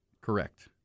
Correct